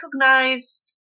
recognize